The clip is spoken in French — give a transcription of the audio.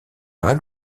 pas